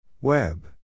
Web